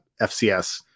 FCS